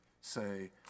say